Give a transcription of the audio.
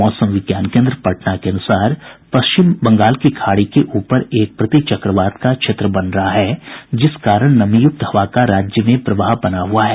मौसम विज्ञान केन्द्र पटना के अनुसार पश्चिम बंगाल की खाड़ी के ऊपर एक प्रति चक्रवात का क्षेत्र बन रहा है जिस कारण नमीयुक्त हवा का राज्य में प्रवाह बना हुआ है